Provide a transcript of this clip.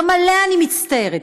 גם עליה אני מצטערת.